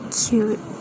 cute